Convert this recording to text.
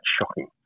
shocking